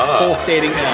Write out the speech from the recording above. pulsating